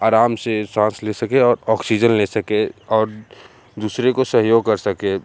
आराम से साँस ले सकें और ऑक्सीजन ले सकें और दूसरे को सहयोग कर सकें